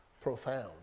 profound